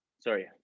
sorry